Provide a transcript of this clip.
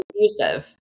abusive